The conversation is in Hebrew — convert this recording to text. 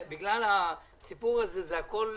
בן אם זה מגיל 18 20,